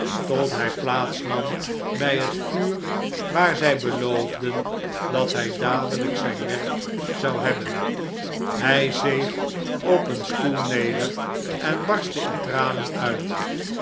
tot hij plaats nam by het vuur waar zfl beloofden dat hy dadelyk zyn werk zou hebben hy zeeg op een stoel neder en barstte in tranen uit